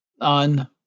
on